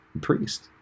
priest